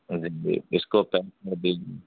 جی اِس کو پیک کر دیجیے